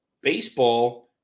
Baseball